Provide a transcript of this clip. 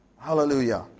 hallelujah